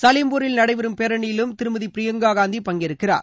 சலீம்பூரில் நடைபெறும் பேரணியிலும் திருமதி பிரியங்கா காந்தி பங்கேற்கிறார்